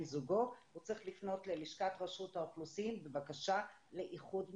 זוגו הוא צריך לפנות ללשכת רשות האוכלוסין בבקשה לאיחוד משפחות.